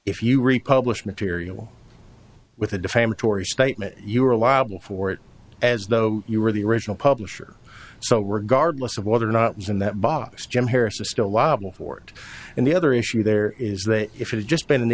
if you republics material with a defamatory statement you are liable for it as though you were the original publisher so regardless of whether or not it's in that box jim harris is still liable for it and the other issue there is that if it had just been